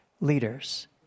leaders